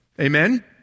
Amen